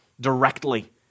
directly